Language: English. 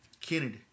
Kennedy